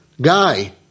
guy